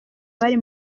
abari